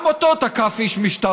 גם אותו תקף איש משטרה.